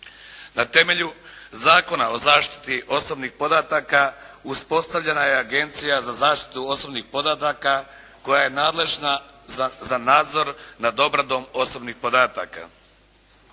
Na temelju Zakona o zaštiti osobnih podataka uspostavljena je Agencija za zaštitu osobnih podataka koja je nadležna za nadzor nad obradom osobnih podataka.